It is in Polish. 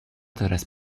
coraz